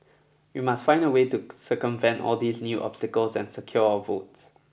we must find a way to circumvent all these new obstacles and secure our votes